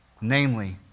namely